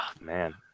man